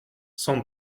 cent